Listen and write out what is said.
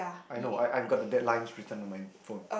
I know I I've got the bad lines written on my phone